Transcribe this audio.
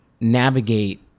navigate